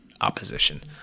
opposition